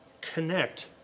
connect